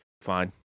Fine